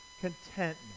contentment